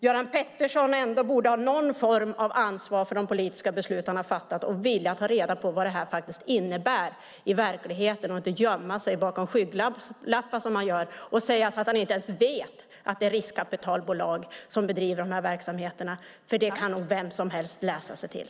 Göran Pettersson borde ta något ansvar för de politiska beslut han har fattat och en vilja att ta reda på vad detta innebär i verkligheten och inte gömma sig bakom skygglappar och säga att han inte ens vet att det är riskkapitalbolag som driver de här verksamheterna. Det kan nog vem som helst läsa sig till.